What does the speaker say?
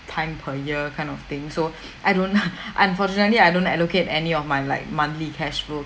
time per year kind of thing so I don't unfortunately I don't allocate any of my like monthly cash flow